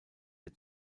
der